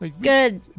Good